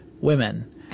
women